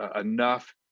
enough